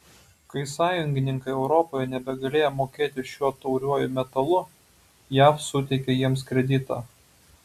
kai sąjungininkai europoje nebegalėjo mokėti šiuo tauriuoju metalu jav suteikė jiems kreditą